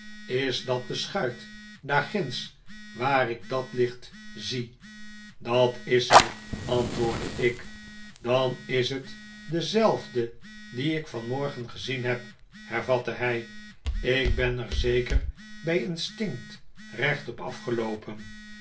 is dat de schuit daarginds waar ik dat licht zie dat is zij antwoordde ik dan is het dezelfde die ik vanmorgen gezien heb hervatte hij ik ben er zeker bij instinct recht op af